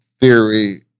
theory